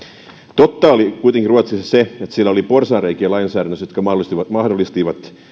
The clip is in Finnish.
totta oli kuitenkin ruotsissa se että siellä oli lainsäädännössä porsaanreikiä jotka mahdollistivat mahdollistivat